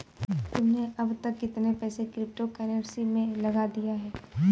तुमने अब तक कितने पैसे क्रिप्टो कर्नसी में लगा दिए हैं?